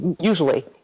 usually